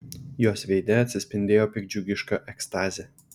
jos veide atsispindėjo piktdžiugiška ekstazė